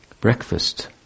breakfast